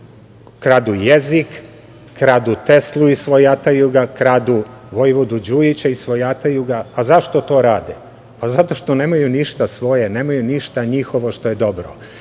Kradu jezik, kradu Teslu i svojataju ga, kradu vojvodu Đujića i svojataju ga. Zašto to rade? Zato što nemaju ništa svoje. Nemaju ništa njihovo što je dobro. Srbija